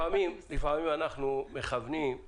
לפעמים אנחנו מכוונים עם